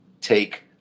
take